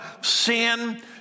sin